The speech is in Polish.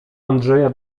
andrzeja